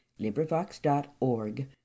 LibriVox.org